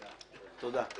תודה.